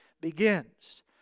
begins